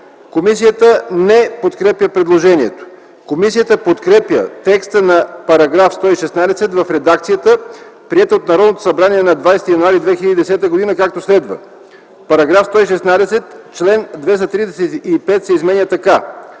Комисията не подкрепя предложението. Комисията подкрепя текста на § 116 в редакцията, приета от Народното събрание на 20 януари 2010 г., както следва: „§ 116. Член 235 се изменя така: